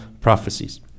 prophecies